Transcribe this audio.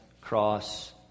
cross